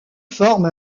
forme